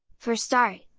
for start,